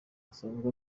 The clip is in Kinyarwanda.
asanzwe